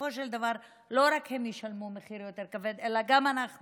בסופו של דבר לא רק שהם ישלמו מחיר יותר כבד אלא גם אנחנו